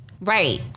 right